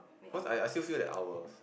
cause I I still feel that ours